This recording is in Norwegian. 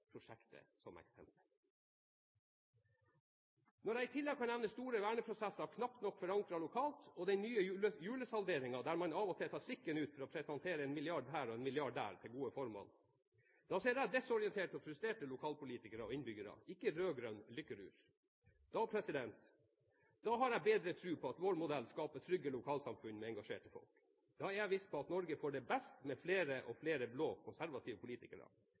prosjektet. Det er altså bare riktig når statsministeren skal forsikre om at han er det private næringslivs beste venn, og han kan nevne fastlegeordninger og barnehageprosjektet som eksempel. Når jeg i tillegg kan nevne store verneprosesser knapt nok forankret lokalt og den nye julesalderingen der man av og til tar trikken ut for å presentere en milliard her og en milliard der til gode formål, ser jeg desorienterte og frustrerte lokalpolitikere og innbyggere, ikke rød-grønn lykkerus. Da har jeg bedre tro på at vår modell skaper trygge lokalsamfunn med engasjerte folk. Da er jeg